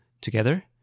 together